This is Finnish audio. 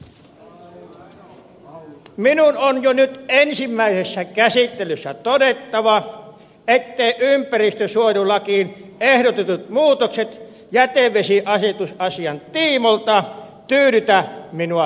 minun on jo nyt ensimmäisessä käsittelyssä todettava etteivät ympäristönsuojelulakiin ehdotetut muutokset jätevesiasetusasian tiimoilta tyydytä minua henkilökohtaisesti